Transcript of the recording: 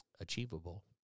achievable